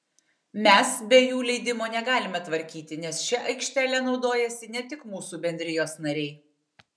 mes be jų leidimo negalime tvarkyti nes šia aikštele naudojasi ne tik mūsų bendrijos nariai